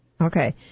Okay